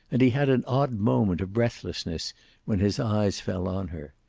and he had an odd moment of breathlessness when his eyes fell on her.